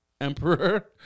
emperor